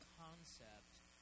concept